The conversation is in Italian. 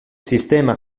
sistema